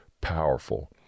powerful